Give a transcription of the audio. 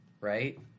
right